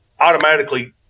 automatically